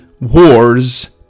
wars